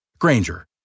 Granger